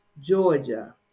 georgia